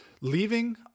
leaving